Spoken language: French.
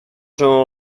jean